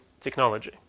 technology